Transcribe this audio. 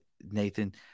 Nathan